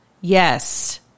Yes